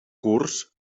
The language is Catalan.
curs